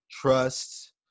trust